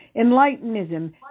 Enlightenism